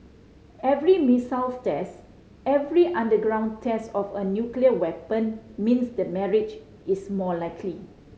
every missiles test every underground test of a nuclear weapon means the marriage is more likely